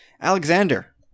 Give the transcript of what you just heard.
Alexander